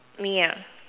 me